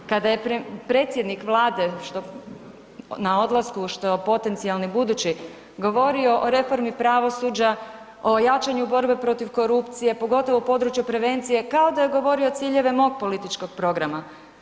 Kada je predsjednik Vlade na odlasku, što je potencijalni budući govorio o reformi pravosuđa, o jačanju borbe protiv korupcije, pogotovo u području prevencije kao da je govorio ciljeve mog političkog programa.